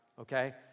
Okay